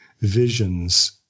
visions